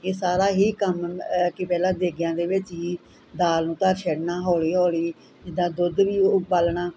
ਇਹ ਸਾਰਾ ਹੀ ਕੰਮ ਕਿ ਪਹਿਲਾਂ ਦੇਗਿਆਂ ਦੇ ਵਿੱਚ ਹੀ ਦਾਲ ਨੂੰ ਧਰ ਛੱਡਨਾ ਹੌਲੀ ਹੌਲੀ ਜਿੱਦਾਂ ਦੁੱਧ ਵੀ ਉਬਾਲਣਾ